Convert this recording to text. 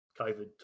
COVID